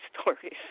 stories